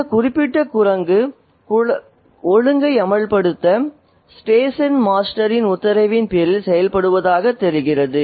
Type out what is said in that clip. இந்த குறிப்பிட்ட குரங்கு ஒழுங்கை அமல்படுத்த ஸ்டேஷன் மாஸ்டரின் உத்தரவின் பேரில் செயல்படுவதாகத் தெரிகிறது